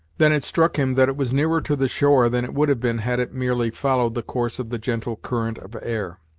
than it struck him that it was nearer to the shore than it would have been had it merely followed the course of the gentle current of air.